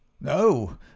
No